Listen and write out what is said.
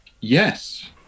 Yes